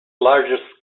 largest